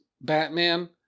Batman